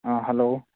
ꯑ ꯍꯂꯣ